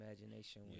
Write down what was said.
imagination